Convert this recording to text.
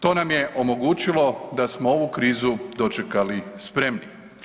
To nam je omogućilo da smo ovu krizu dočekali spremni.